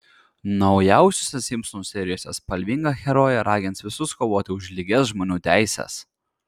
naujausiose simpsonų serijose spalvinga herojė ragins visus kovoti už lygias žmonių teises